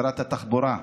שרת התחבורה.